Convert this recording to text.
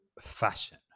fashion